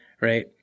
right